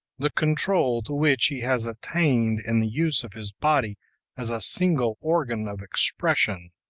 the control to which he has attained in the use of his body as a single organ of expression,